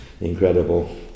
incredible